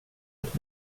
ett